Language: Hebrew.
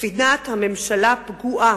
ספינת הממשלה פגועה,